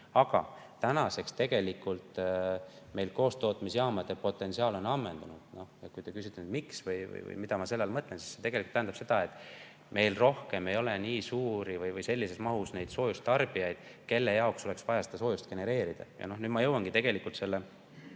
Aga tänaseks on meil koostootmisjaamade potentsiaal ammendunud. Kui te küsite, mida ma selle all mõtlen, siis see tegelikult tähendab seda, et meil ei ole nii suuri või sellises mahus soojuse tarbijaid, kelle jaoks oleks vaja seda soojust genereerida. Ja nüüd ma jõuangi teise